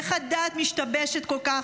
איך הדעת משתבשת כל כך,